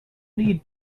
need